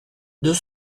deux